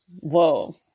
whoa